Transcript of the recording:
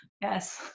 Yes